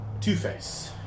Two-Face